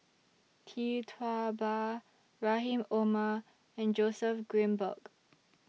Tee Tua Ba Rahim Omar and Joseph Grimberg